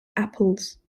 apples